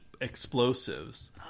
explosives